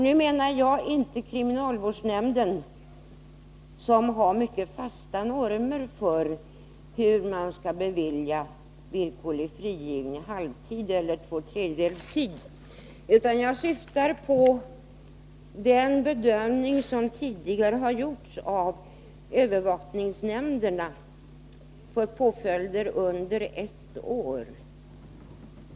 Nu syftar jag inte på kriminalvårdsnämnden, som har mycket fasta normer för hur man skall bevilja villkorlig frigivning — halv tid eller två tredjedels tid — utan på den bedömning som tidigare har gjorts av övervakningsnämnderna i fråga om påföljder under ett år.